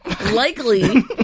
likely